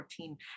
2014